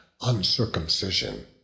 uncircumcision